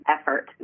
effort